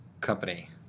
company